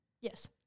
yes